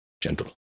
gentle